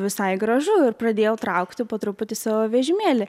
visai gražu ir pradėjau traukti po truputį savo vežimėlį